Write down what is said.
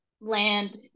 land